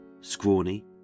scrawny